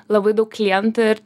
labai daug klientų ir